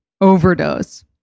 overdose